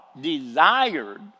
desired